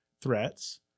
threats